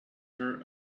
her